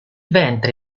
ventre